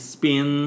Spin